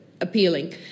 appealing